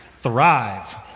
thrive